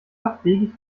abwegig